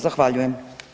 Zahvaljujem.